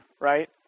right